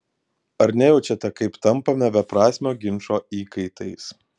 ar nejaučiate kaip tampame beprasmio ginčo įkaitais